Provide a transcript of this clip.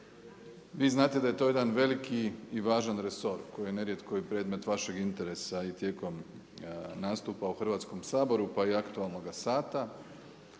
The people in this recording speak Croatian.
vi znate da je to jedan veliki i važan resor koji je nerijetko i predmet vašeg interesa i tijekom nastupa u Hrvatskom sabora pa i aktualnoga sata.